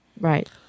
Right